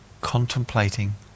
contemplating